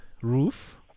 roof